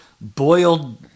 boiled